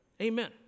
Amen